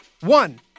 One